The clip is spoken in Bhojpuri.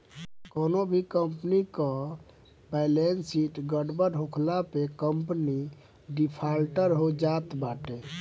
कवनो भी कंपनी कअ बैलेस शीट गड़बड़ होखला पे कंपनी डिफाल्टर हो जात बाटे